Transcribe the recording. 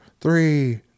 three